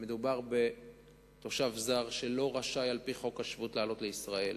ומדובר בתושב זר שלא רשאי על-פי חוק השבות לעלות לישראל,